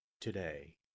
today